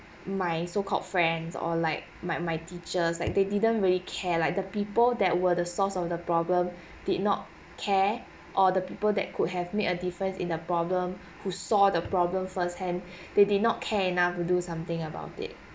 my so called friends or like my my teachers like they didn't really care like the people that were the source of the problem did not care or the people that could have made a difference in a problem who saw the problem first hand they did not care enough to do something about it